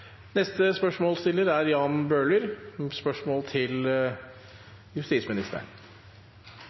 neste hovedspørsmål. Mitt spørsmål går til justisministeren.